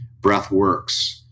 Breathworks